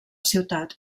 ciutat